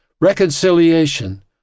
reconciliation